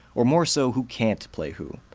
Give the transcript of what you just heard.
or more so, who can't play who.